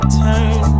turn